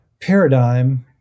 paradigm